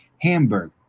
Hamburg